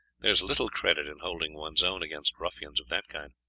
there is little credit in holding one's own against ruffians of that kind.